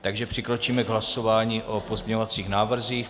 Takže přikročíme k hlasování o pozměňovacích návrzích.